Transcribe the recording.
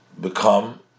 become